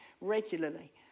regularly